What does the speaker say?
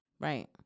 right